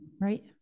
right